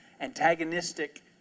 antagonistic